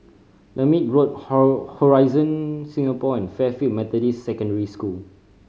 Lermit Road Horizon Singapore and Fairfield Methodist Secondary School